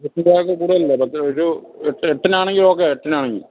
ഒരു എട്ടിനാണെങ്കിലും ഓക്കെ എട്ടിനാണെങ്കിൽ